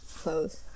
clothes